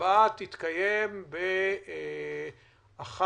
ההצבעה תתקיים בעוד חצי שעה,